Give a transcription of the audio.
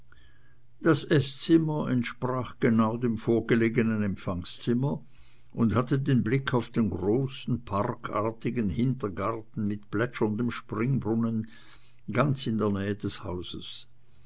das eßzimmer entsprach genau dem vorgelegenen empfangszimmer und hatte den blick auf den großen parkartigen hintergarten mit plätscherndem springbrunnen ganz in der nähe des hauses